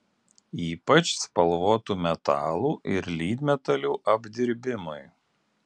ypač spalvotų metalų ir lydmetalių apdirbimui